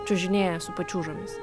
čiužinėja su pačiūžomis